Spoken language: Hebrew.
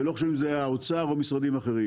ולא חשוב אם זה היה האוצר או משרדים אחרים.